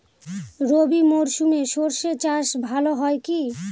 রবি মরশুমে সর্ষে চাস ভালো হয় কি?